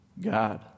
God